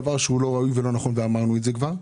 דבר שהוא לא נכון ולא ראוי, ואמרנו את זה כבר.